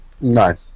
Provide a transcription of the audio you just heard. No